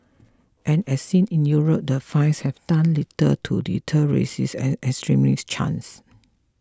and as seen in Europe the fines have done little to deter racist and extremist chants